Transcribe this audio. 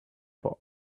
for